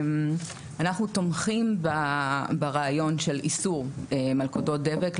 אנחנו תומכים ברעיון של איסור מלכודות דבק.